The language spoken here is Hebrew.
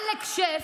עלק שף,